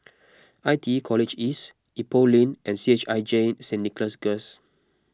I T E College East Ipoh Lane and C H I J Saint Nicholas Girls